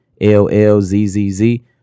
L-L-Z-Z-Z